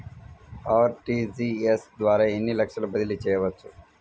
RTGS ద్వారా ఎన్ని లక్షలు బదిలీ చేయవచ్చు?